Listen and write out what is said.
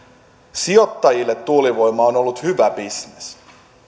sijoittajille tuulivoima on ollut hyvä bisnes